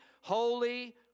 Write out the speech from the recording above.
holy